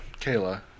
Kayla